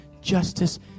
justice